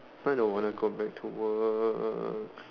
I don't want to go back to work